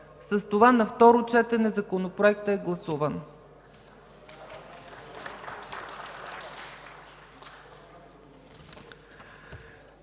С това на второ четене Законопроектът е гласуван.